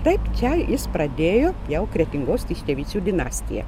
taip čia jis pradėjo jau kretingos tiškevičių dinastiją